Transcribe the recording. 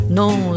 non